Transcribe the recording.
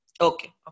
Okay